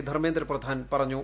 ധർമേന്ദ്ര പ്രധാൻ പറഞ്ഞു